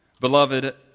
Beloved